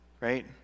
right